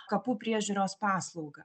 kapų priežiūros paslaugą